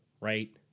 Right